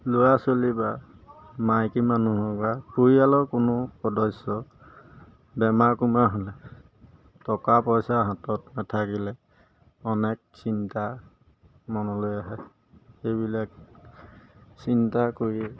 ল'ৰা ছোৱালী বা মাইকী মানুহৰ বা পৰিয়ালৰ কোনো সদস্য বেমাৰ কুমাৰ হ'লে টকা পইচা হাতত নাথাকিলে অনেক চিন্তা মনলৈ আহে এইবিলাক চিন্তা কৰিয়ে